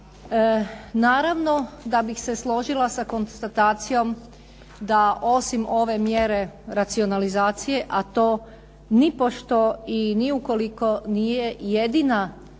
Naravno da bih se složila sa konstatacijom da osim ove mjere racionalizacije, a to nipošto i ni ukoliko nije jedina mjera.